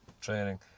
training